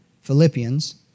Philippians